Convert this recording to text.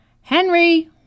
Henry